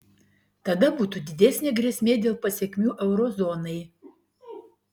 tada būtų didesnė grėsmė dėl pasekmių euro zonai